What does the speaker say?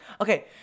Okay